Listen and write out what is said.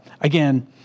again